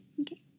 Okay